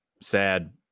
sad